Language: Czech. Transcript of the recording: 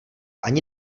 ani